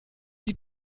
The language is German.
die